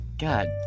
God